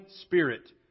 spirit